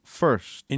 first